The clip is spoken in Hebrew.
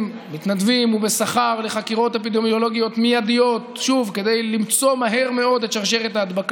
של קבוצת סיעת ישראל ביתנו וקבוצת סיעת ימינה לסעיף 4 לא נתקבלה.